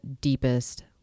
deepest